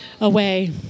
away